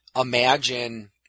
imagine